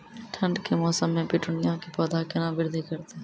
ठंड के मौसम मे पिटूनिया के पौधा केना बृद्धि करतै?